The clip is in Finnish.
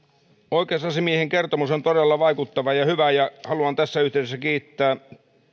oikeusasiamiehen kertomus on todella vaikuttava ja hyvä ja haluan tässä yhteydessä kiittää